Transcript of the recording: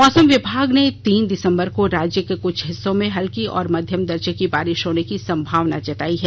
मौसम विभाग ने तीन दिसंबर को राज्य के क्छ हिस्सों में हल्की और मध्य दर्जे की बारिश होने की संभावना जताई है